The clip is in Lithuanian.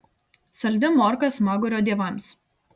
saldi morka smagurio dievams